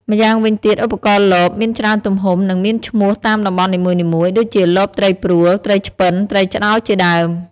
ម្យ៉ាងវិញទៀត ឧបករណ៍លប មានច្រើនទំហំ និងមានឈ្មោះតាមតំបន់នីមួយៗ ដូចជាលបត្រីព្រួល ត្រីឆ្ពិន ត្រីឆ្ដោជាដើម។